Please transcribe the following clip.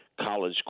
college